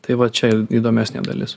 tai va čia įdomesnė dalis